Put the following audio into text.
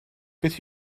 beth